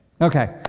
Okay